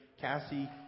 Cassie